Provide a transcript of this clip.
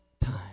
time